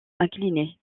inclinés